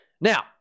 Now